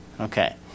Okay